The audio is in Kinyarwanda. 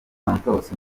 santos